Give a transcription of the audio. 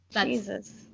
Jesus